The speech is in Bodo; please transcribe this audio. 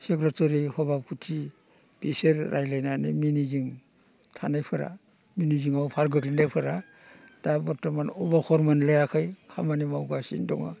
सेक्रेटारि हभाबथि बिसोरो रायज्लायनानै मेनेजिं थानायफोरा मेनेजिंआव फार गोलैनायफोरा दा बरथ'मान अब'खर मोनलायाखै खामानि मावगासिनो दङ